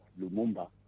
Lumumba